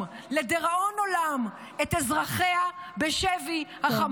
לדיראון עולם את אזרחיה בשבי החמאס.